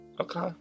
Okay